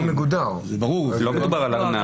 לא מדובר על ארנב.